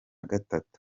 gatatu